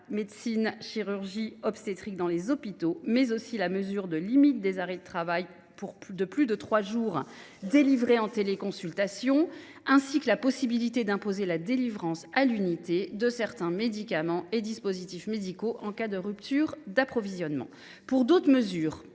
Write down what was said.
médecine, la chirurgie et l’obstétrique dans les hôpitaux, mais aussi la limitation des arrêts de travail de plus de trois jours délivrés en téléconsultation, ainsi que la possibilité d’imposer la délivrance à l’unité de certains médicaments et dispositifs médicaux, en cas de rupture d’approvisionnement. Pour d’autres mesures,